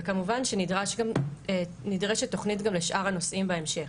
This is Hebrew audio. וכמובן שנדרשת תוכנית גם לשאר הנושאים בהמשך,